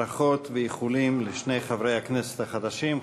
ברכות ואיחולים לשני חברי הכנסת החדשים,